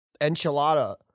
enchilada